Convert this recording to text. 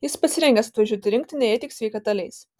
jis pasirengęs atvažiuoti į rinktinę jei tik sveikata leis